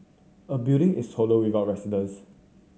a building is hollow without residents